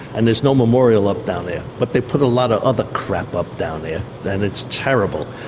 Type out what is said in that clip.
and there's no memorial up down there, but they put a lot of other crap up down there, and it's terrible.